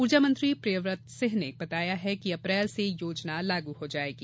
ऊर्जा मंत्री प्रियव्रत सिंह ने बताया है कि अप्रैल से योजना लागू हो जायेगी